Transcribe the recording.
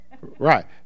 Right